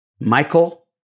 Michael